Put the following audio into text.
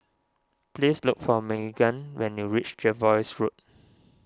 please look for Magan when you reach Jervois Road